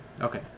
Okay